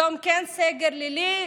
יום כן סגר לילי,